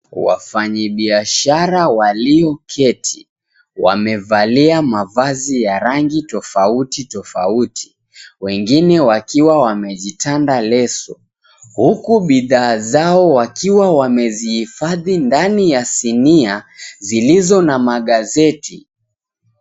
Wafanyibiashara walioketi wamevalia mavazi ya rangi tofauti tofauti, wengine wakiwa wamejitanda leso, huku bidhaa zao wakiwa wamezihifadhi ndani ya sinia zilizo na magazeti